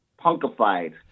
punkified